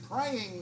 praying